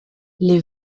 les